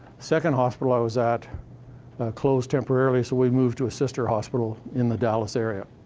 second hospital i was at closed temporarily, so we moved to a sister hospital in the dallas area.